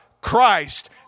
Christ